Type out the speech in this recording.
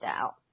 out